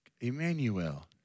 Emmanuel